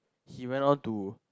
he went on to